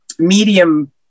medium